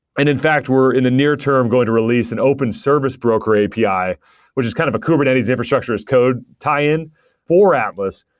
and in fact, we're in the near term going to release an open service broker api, which is kind of a kubernetes infrastructure as code tie-in for atlas.